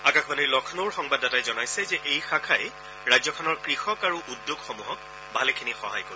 আকাশবাণীৰ লক্ষ্ণৌৰ সংবাদদাতাই জনাইছে যে এই শাখাই ৰাজ্যখনৰ কৃষক আৰু উদ্যোগসমূহক ভালেখিনি সহায় কৰিব